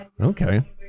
Okay